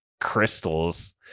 crystals